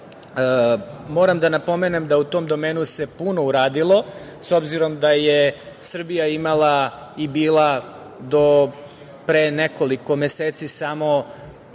gasom. Moram da napomenem da u tom domenu se puno uradilo s obzirom da je Srbija imala i bila do pre nekoliko meseci samo